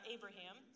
Abraham